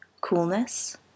Coolness